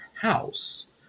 house